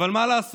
אבל מה לעשות,